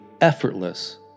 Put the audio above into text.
effortless